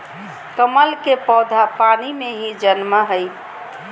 कमल के पौधा पानी में ही जन्मो हइ